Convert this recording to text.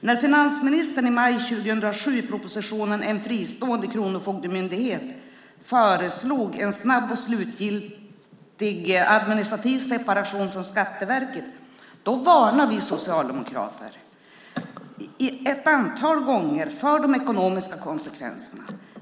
När finansministern i maj 2007 i propositionen En fristående kronofogdemyndighet föreslog en snabb och slutgiltig administrativ separation från Skatteverket varnade vi socialdemokrater ett antal gånger för de ekonomiska konsekvenserna.